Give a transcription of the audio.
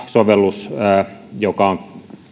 sovellus joka on